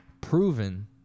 proven